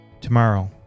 Tomorrow